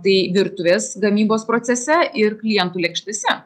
tai virtuvės gamybos procese ir klientų lėkštėse